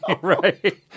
right